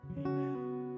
Amen